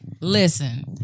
Listen